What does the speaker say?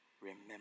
remember